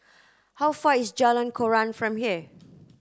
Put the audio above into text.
how far is Jalan Koran from here